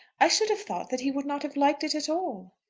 i should have thought that he would not have liked it at all.